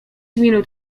minut